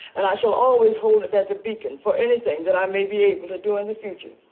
and i shall always hold it as a beacon for anything that i may be able to do in the future.